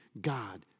God